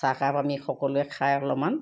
চাহকাপ আমি সকলোৱে খাই অলপমান